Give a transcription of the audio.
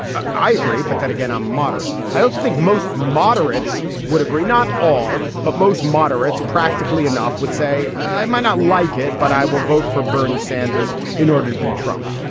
i agree. but then again, i'm a moderate. i also think most moderates would agree not all, but most moderates practically enough would say i might not like it, but i will vote for bernie sanders in order to be trump.